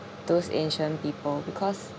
those ancient people because